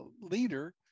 leader